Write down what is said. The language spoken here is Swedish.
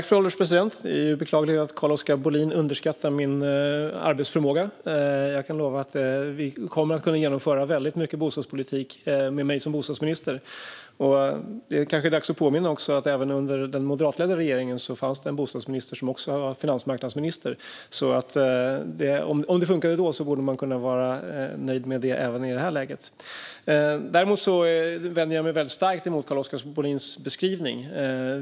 Fru ålderspresident! Det är beklagligt att Carl-Oskar Bohlin underskattar min arbetsförmåga. Jag kan lova att vi kommer att kunna genomföra väldigt mycket bostadspolitik med mig som bostadsminister. Det är kanske dags att påminna om att det även under den moderatledda regeringen fanns en bostadsminister som också var finansmarknadsminister. Om det funkade då borde man kunna vara nöjd med det även i detta läge. Jag vänder mig starkt emot Carl-Oskar Bohlins beskrivning.